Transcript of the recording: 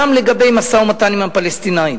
גם לגבי משא-ומתן עם הפלסטינים,